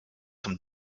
zum